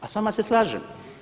A sa vama se slažem.